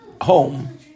home